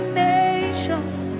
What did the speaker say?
nations